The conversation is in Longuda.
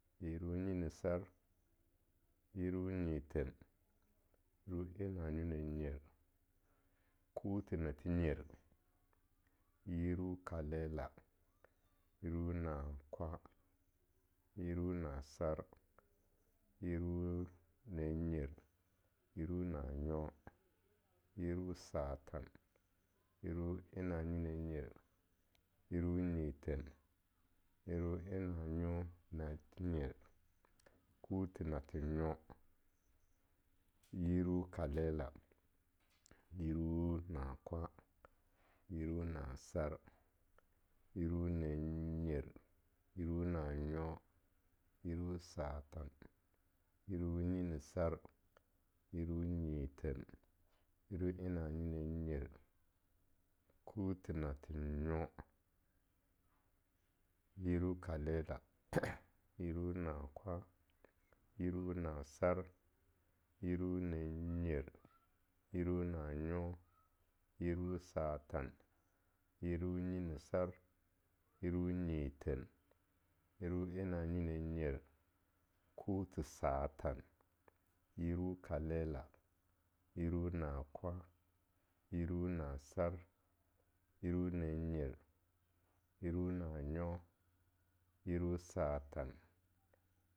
Yiru nyinisar, yiru nyithen, yiru en nanyo-nanyer, kuthi nathe nyer, yiru kalela, yiru nakwan, yiru nasar, yiru nannyer, yiru nanyo, yiru satan, yiru en nanyo-nanye, yiru nyithen, yiru en nanyo-nathenyer kuthi nathenyo, yiru kalela, yiru na kwan, yiru nasar, yiru nannyer, yiru nanyo, yiru satan, yiru nyinsar, yiru nyithen, yiru en nanyo-nanyer, kuthi satan, yiru kalela, yiru nakwan, yiru nasar, yiru nannyer, yiru nanyo, yiru satan.